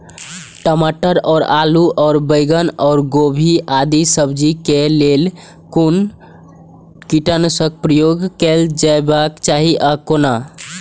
टमाटर और आलू और बैंगन और गोभी आदि सब्जी केय लेल कुन कीटनाशक प्रयोग कैल जेबाक चाहि आ कोना?